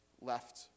left